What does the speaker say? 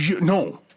no